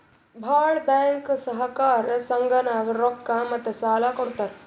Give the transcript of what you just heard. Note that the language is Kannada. ಭಾಳ್ ಬ್ಯಾಂಕ್ ಸಹಕಾರ ಸಂಘನಾಗ್ ರೊಕ್ಕಾ ಮತ್ತ ಸಾಲಾ ಕೊಡ್ತಾರ್